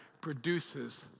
produces